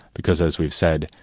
because, as we've said,